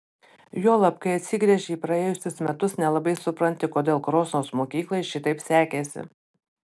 juolab kai atsigręži į praėjusius metus nelabai supranti kodėl krosnos mokyklai šitaip sekėsi